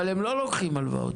אבל הם לא לוקחים הלוואות.